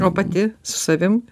o pati su savim